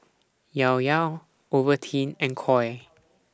Llao Llao Ovaltine and Koi